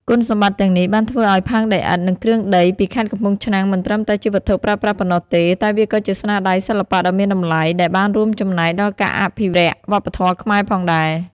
គុណសម្បត្តិទាំងនេះបានធ្វើឱ្យផើងដីឥដ្ឋ និងគ្រឿងដីពីខេត្តកំពង់ឆ្នាំងមិនត្រឹមតែជាវត្ថុប្រើប្រាស់ប៉ុណ្ណោះទេ តែវាក៏ជាស្នាដៃសិល្បៈដ៏មានតម្លៃដែលបានរួមចំណែកដល់ការអភិរក្សវប្បធម៌ខ្មែរផងដែរ។